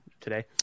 today